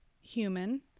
human